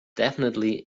definitively